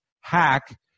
hack